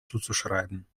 zuzuschreiben